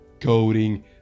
coding